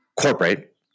corporate